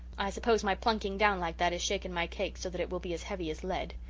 i suppose my plunking down like that has shaken my cake so that it will be as heavy as lead.